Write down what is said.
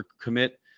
commit